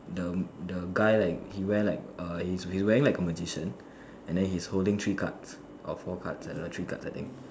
the the guy like he wear like err he's be wearing like a magician and then he's holding three cards or four cards I don't know three cards I think